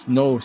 no